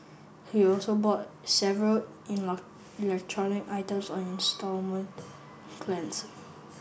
he also bought several electronic items on instalment plans